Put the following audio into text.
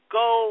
go